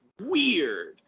weird